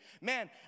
man